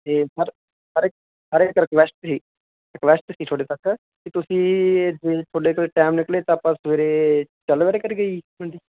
ਅਤੇ sir sir sir ਇੱਕ request ਸੀ ਰਿਕੁਐਸਟ ਸੀ ਤੁਹਾਡੇ ਤੱਕ ਕਿ ਤੁਸੀਂ ਤੁਹਾਡੇ ਕੋਈ ਟਾਈਮ ਨਿਕਲੇ ਤਾਂ ਆਪਾਂ ਸਵੇਰੇ ਚੱਲ ਵੇਰੇ ਕਰੀਏ ਜੀ ਮੰਡੀ